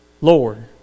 Lord